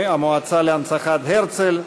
המועצה להנצחת זכרו של הרצל,